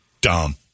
dumb